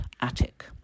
attic